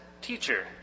Teacher